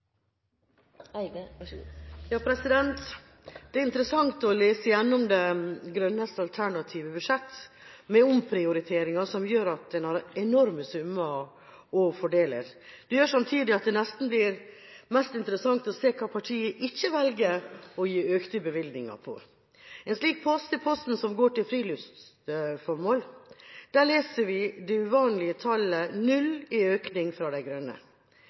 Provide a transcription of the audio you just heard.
interessant å lese gjennom Miljøpartiet De Grønnes alternative budsjett, med omprioriteringer som gjør at en har enorme summer å fordele. Samtidig blir det nesten mest interessant å se hva partiet ikke velger å gi økte bevilgninger til. En slik post er posten Friluftsformål. Der leser vi det uvanlige tallet 0 i økning fra Miljøpartiet De Grønne.